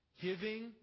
Giving